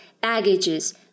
baggages